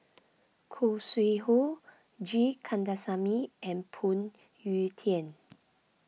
Khoo Sui Hoe G Kandasamy and Phoon Yew Tien